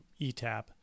eTap